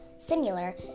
similar